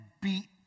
beat